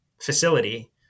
facility